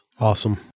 Awesome